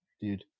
dude